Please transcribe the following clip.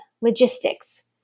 logistics